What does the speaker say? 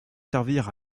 servir